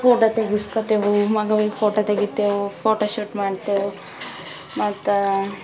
photo ತೆಗೆಸ್ಕೋತೇವೆ ಮಗುವಿಗೆ photo ತೆಗೆತೇವೆ ಫೋಟೋ ಶೂಟ್ ಮಾಡ್ತೇವೆ ಮತ್ತು